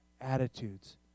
attitudes